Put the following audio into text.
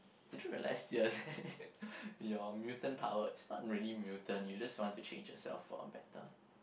did you realise dear your mutant power is not really mutant you just want to change yourself for a better